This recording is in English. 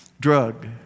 drug